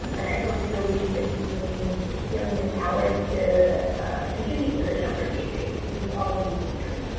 and i hope you'll leave this meeting feeling empowered to contribute to the schoenberg database, because all of you can.